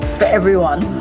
for everyone.